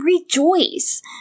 rejoice